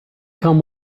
come